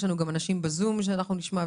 יש לנו גם אנשים בזום שאנחנו נשמע,